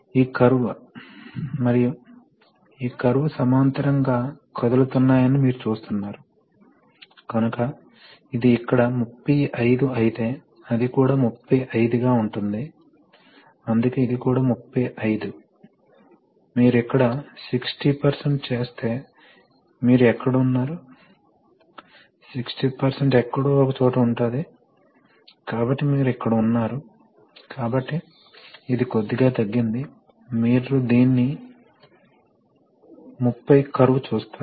ఇది రిజర్వాయర్ లేదా అక్క్యూమ్లేటార్ నియంత్రించగల మీకు తెలిసిన ఒక మార్గం అయితే ఇంకా చాలా ఉన్నాయి మరికొన్ని పరికరాలు అవసరం ఉదాహరణకు మీకు ప్రెషర్ రెగ్యులేటర్లు అవసరం ఇప్పుడు మీకు ప్రెషర్ రెగ్యులేటర్ ఎందుకు అవసరం చాలా సులభం మీరు సాధారణంగా న్యుమాటిక్స్లో ఒక ప్రెషర్ సోర్స్ కలిగి ఉంటారు